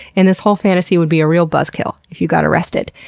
and this whole fantasy would be a real buzzkill if you got arrested.